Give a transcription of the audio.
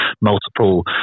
multiple